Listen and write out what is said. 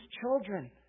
children